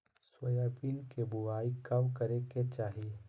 Soybean के बुआई कब करे के चाहि?